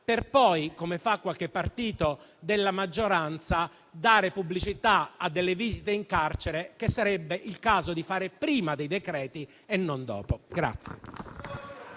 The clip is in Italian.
per poi, come fa qualche partito della maggioranza, dare pubblicità alle visite in carcere, che sarebbe il caso di fare prima dei decreti-legge e non dopo.